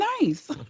nice